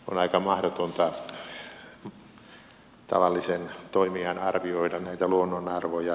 on aika mahdotonta tavallisen toimijan arvioida näitä luonnonarvoja